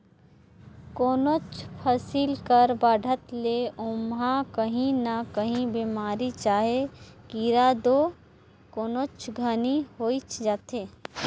कोनोच फसिल कर बाढ़त ले ओमहा काही न काही बेमारी चहे कीरा दो कोनोच घनी होइच जाथे